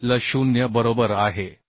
तर L0 बरोबर आहे